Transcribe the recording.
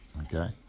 Okay